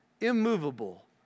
immovable